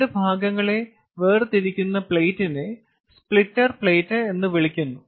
2 ഭാഗങ്ങളെ വേർതിരിക്കുന്ന പ്ലേറ്റിനെ സ്പ്ലിറ്റർ പ്ലേറ്റ് എന്ന് വിളിക്കുന്നു